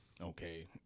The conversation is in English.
okay